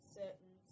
certain